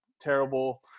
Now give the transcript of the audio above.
terrible